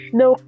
no